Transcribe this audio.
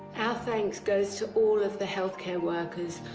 our thanks goes to all of the health care workers,